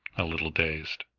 a little dazed.